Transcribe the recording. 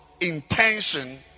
intention